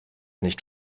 nicht